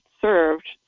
served